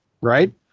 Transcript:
right